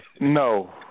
No